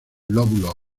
lóbulos